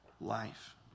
life